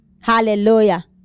Hallelujah